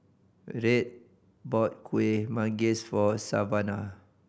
Red bought Kueh Manggis for Savanna